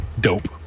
dope